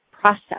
process